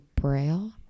Braille